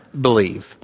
believe